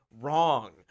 wrong